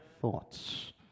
thoughts